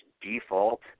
default